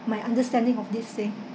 my understanding of this thing